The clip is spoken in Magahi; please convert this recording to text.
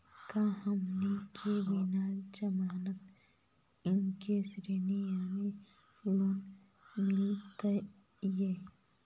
का हमनी के बिना जमानत के ऋण यानी लोन मिलतई?